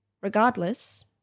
regardless